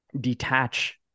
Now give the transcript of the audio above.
detach